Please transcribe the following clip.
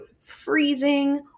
freezing